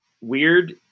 weird